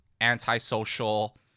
antisocial